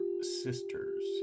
sisters